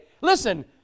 Listen